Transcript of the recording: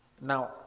Now